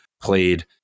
played